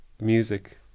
music